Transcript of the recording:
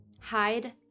Hide